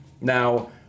Now